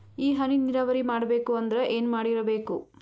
ಈ ಹನಿ ನೀರಾವರಿ ಮಾಡಬೇಕು ಅಂದ್ರ ಏನ್ ಮಾಡಿರಬೇಕು?